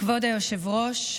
כבוד היושב-ראש,